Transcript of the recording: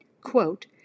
Quote